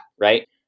right